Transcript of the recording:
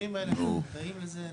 באזורים האלה, אנחנו מודעים לזה.